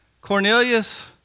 Cornelius